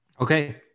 okay